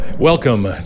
Welcome